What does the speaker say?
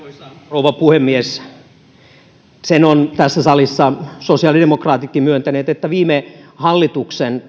rouva puhemies sen ovat tässä salissa sosiaalidemokraatitkin myöntäneet että viime hallituksen